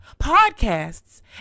podcasts